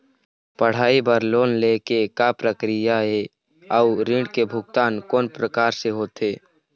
पढ़ई बर लोन ले के का प्रक्रिया हे, अउ ऋण के भुगतान कोन प्रकार से होथे?